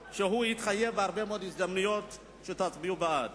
שהתחייב בהרבה מאוד הזדמנויות שתצביעו בעד.